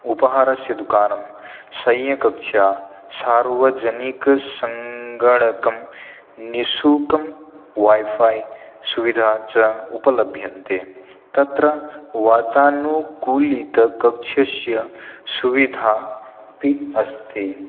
उपाहारस्य दुकानं शय्याकक्षा सार्वजनिकसङ्गणकं निश्शुल्कं वैफ़ै सुविधा च उपलभ्यन्ते तत्र वातानुकूलितकक्षस्य सुविधा अपि अस्ति